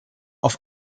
auf